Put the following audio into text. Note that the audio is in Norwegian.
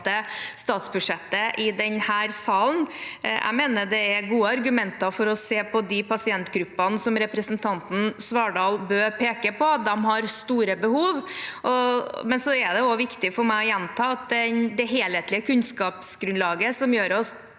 statsbudsjettet i denne salen. Jeg mener det er gode argumenter for å se på de pasientgruppene som representanten Svardal Bøe peker på. De har store behov. Men det er også viktig for meg å gjenta at det er det helhetlige kunnskapsgrunnlaget som gjør oss